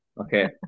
okay